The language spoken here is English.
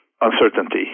uncertainty